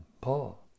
Paul